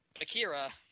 Akira